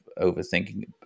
overthinking